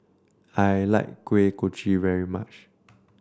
I like Kuih Kochi very much